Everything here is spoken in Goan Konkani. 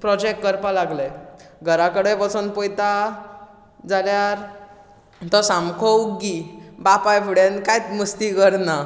प्रोजेक्ट करपा लागले घरा कडेन वसून पळयता जाल्यार तो सामको ओग्गी बापाय फुड्यान कांयत मस्ती करना